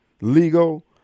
legal